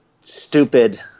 stupid